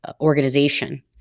Organization